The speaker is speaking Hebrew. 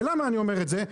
ולמה אני אומר את זה,